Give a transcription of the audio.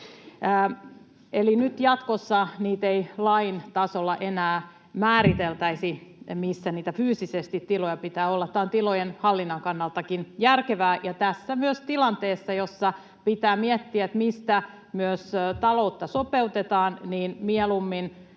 Eli nyt jatkossa ei lain tasolla enää määriteltäisi, missä fyysisesti niitä tiloja pitää olla. Tämä on tilojen hallinnankin kannalta järkevää ja myös tässä tilanteessa, jossa pitää miettiä, mistä myös taloutta sopeutetaan, niin mieluummin